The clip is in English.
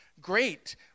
great